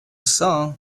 song